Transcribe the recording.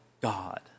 God